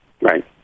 Right